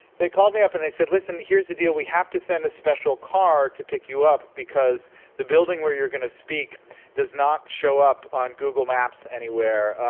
they called me up and they said, listen, here's the deal. we have to send a special car to pick you up because the building where you're gonna speak does not show up on google maps anywhere,